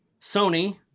Sony